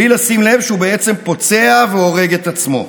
בלי לשים לב שהוא בעצם פוצע והורג את עצמו.